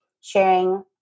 sharing